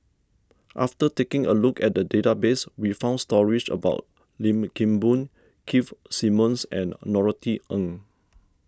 after taking a look at the database we found stories about Lim Kim Boon Keith Simmons and Norothy Ng